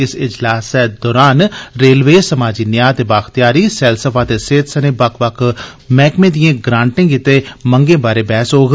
इस इजलासै दौरान रेलवे समाजी न्याऽ ते बाअख्तियारी सैलसफा ते सेहत सने बक्ख बक्ख मैहकमें दिए ग्रांटें गितै मंगें बारै बैह्स होग